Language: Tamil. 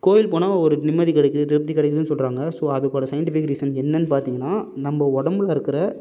கோயில் போனா ஒரு நிம்மதி கிடைக்கிது திருப்தி கிடைக்கிதுன்னு சொல்லுறாங்க ஸோ அதுக்கோட சயின்ட்டிஃபிக் ரீசன் என்னன்னு பார்த்தீங்கன்னா நம்ப உடம்புல இருக்கிற